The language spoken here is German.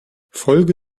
folge